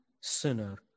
sinner